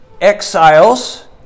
exiles